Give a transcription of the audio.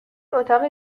اتاق